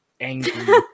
angry